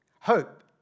Hope